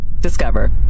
Discover